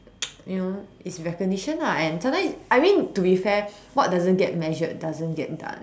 you know it's recognition ah and sometimes I mean to be fair what doesn't get measured doesn't get done